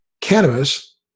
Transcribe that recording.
cannabis